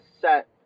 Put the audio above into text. set